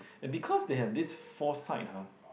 because they have this foresight ha